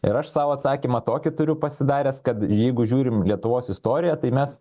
ir aš sau atsakymą tokį turiu pasidaręs kad jeigu žiūrim lietuvos istoriją tai mes